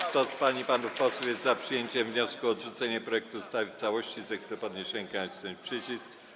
Kto z pań i panów posłów jest za przyjęciem wniosku o odrzucenie projektu ustawy w całości, zechce podnieść rękę i nacisnąć przycisk.